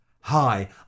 Hi